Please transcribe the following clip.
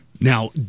Now